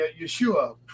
Yeshua